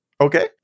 Okay